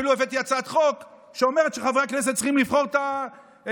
אפילו הבאתי הצעת חוק שאומרת שחברי הכנסת צריכים לבחור את השופטים.